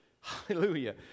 hallelujah